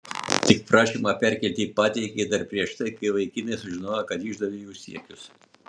tik prašymą perkelti pateikei dar prieš tai kai vaikinai sužinojo kad išdavei jų siekius